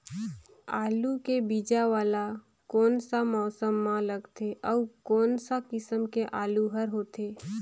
आलू के बीजा वाला कोन सा मौसम म लगथे अउ कोन सा किसम के आलू हर होथे?